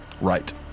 Right